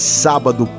sábado